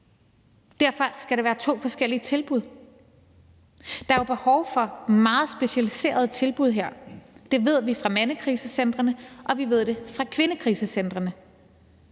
Derfor skal det være to forskellige tilbud. Der er jo behov for meget specialiserede tilbud her. Det ved vi fra mandekrisecentrene, og vi ved det fra kvindekrisecentrene.